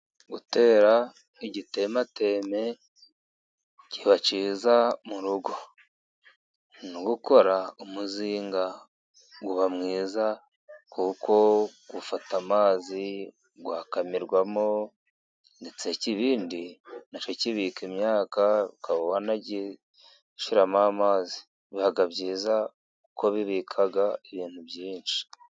Gutera igitemateme kiba cyiza mu rugo . No gukora umuzinga uba mwiza kuko ufata amazi ,ukamirwamo ndetse ikibindi nacyo, kibika imyaka ukaba wanagishyiramo amazi . Biba byiza uko bibika ibintu byinshi.